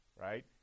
Right